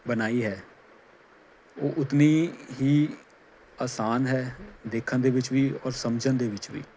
ਬਣਾਈ ਹੈ ਉਹ ਉਤਨੀ ਹੀ ਆਸਾਨ ਹੈ ਦੇਖਣ ਦੇ ਵਿੱਚ ਵੀ ਔਰ ਸਮਝਣ ਦੇ ਵਿੱਚ ਵੀ